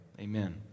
Amen